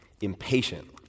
impatient